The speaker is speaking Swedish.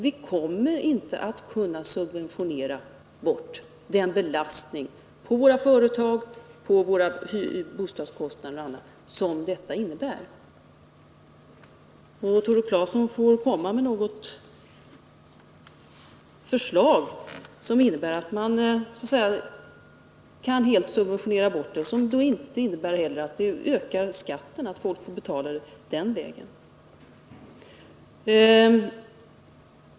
Vi kan inte subventionera bort den belastning på våra företag, på bostadskostnader och annat som oljeprisutvecklingen innebär. Tore Claeson får komma med något förslag som innebär att man kan helt subventionera bort dessa kostnader utan att samtidigt höja skatten så att människorna får betala kostnaderna den vägen.